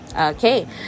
Okay